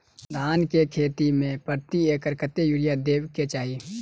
धान केँ खेती मे प्रति एकड़ कतेक यूरिया देब केँ चाहि?